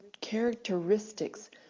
characteristics